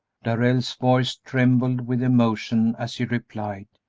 darrell's voice trembled with emotion as he replied,